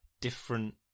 different